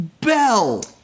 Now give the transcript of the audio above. Bell